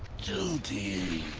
to the